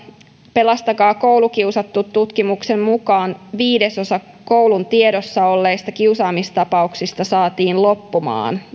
pelastakaa koulukiusattu tutkimuksen mukaan viidesosa koulun tiedossa olleista kiusaamistapauksista saatiin loppumaan